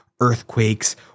earthquakes